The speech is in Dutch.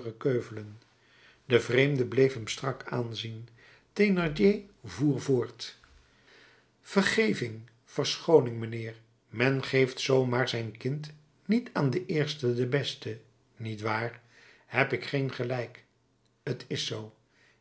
keuvelen de vreemde bleef hem strak aanzien thénardier voer voort vergeving verschooning mijnheer men geeft zoo maar zijn kind niet aan den eerste den beste niet waar heb ik geen gelijk t is zoo